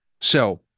So-